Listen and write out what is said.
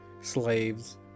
slaves